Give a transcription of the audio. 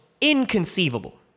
inconceivable